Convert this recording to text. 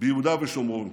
ביהודה ושומרון.